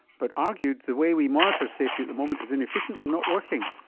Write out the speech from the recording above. but argued the way we monitor safety at the moment is inefficient and not working.